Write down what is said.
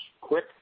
quick